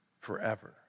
forever